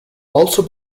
also